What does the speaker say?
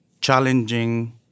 challenging